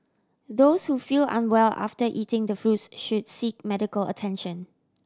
those who feel unwell after eating the fruits should seek medical attention